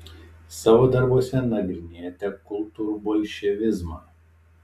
savo darbuose nagrinėjate kultūrbolševizmą